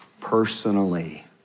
personally